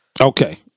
Okay